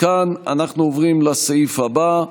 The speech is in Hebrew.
מכאן אנחנו עוברים לסעיף הבא: